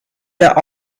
der